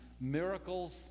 miracles